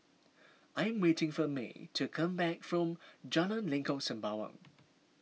I'm waiting for Mae to come back from Jalan Lengkok Sembawang